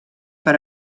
per